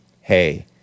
Hey